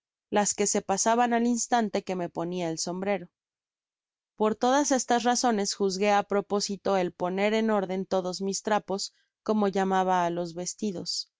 las que se pasaban al instante que me ponia el sombrero por todas estas razones juzgué á proposito el poner en órden todos mis trapos como llamaba á los vestidos